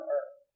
Earth